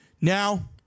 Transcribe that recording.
Now